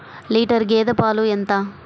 Litre గేదె పాలు ఎంత?